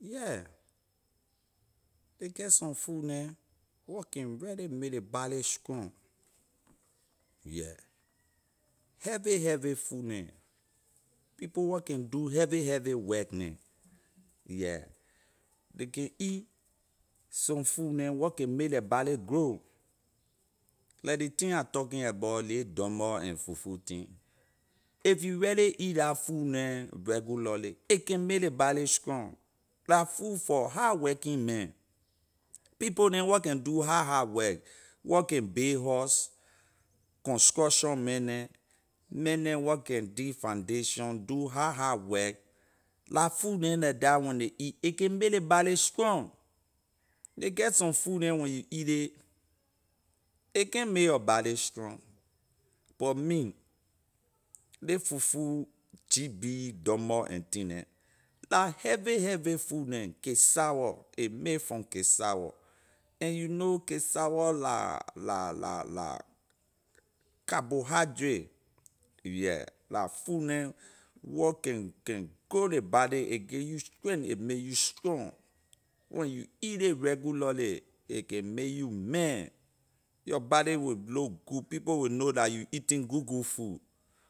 Yeah, ley get some food neh where can really make ley body strong yeah heavy heavy food neh people where can do heavy heavy work neh yeah ley can eat some food neh where can make la body grow like ley thing I talking about ley dumboy and fufu thing if you really eat la food neh regularly a can make ley body strong la food for hard working man people neh wor can do hard hard work wor can bay house construction man neh man neh where can dig foundation do hard hard work la food neh like that when ley eat a can make ley body strong ley get some food neh when you eat ley a can’t make your body strong but me ley fufu gb dumboy and thing neh la heavy heavy food neh cassawor a may from cassawor and you know cassawor la la la la carbohydrate yeah la food neh where can can grow ley body a give you strength a may you strong when you eat ley regularly a can may you man your body will look good people will know dah you eating good good food